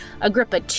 Agrippa